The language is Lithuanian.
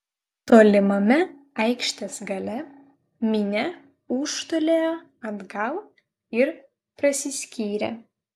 tolimame aikštės gale minia ūžtelėjo atgal ir prasiskyrė